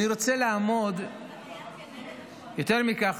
יותר מכך,